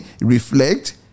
reflect